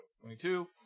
Twenty-two